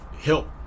Help